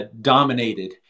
dominated